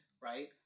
right